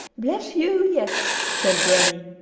bless you, yes, said granny.